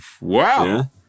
wow